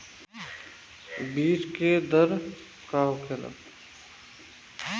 बीज के दर का होखेला?